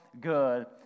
good